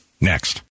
Next